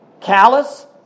callous